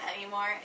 anymore